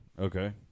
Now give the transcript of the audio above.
okay